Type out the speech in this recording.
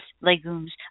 legumes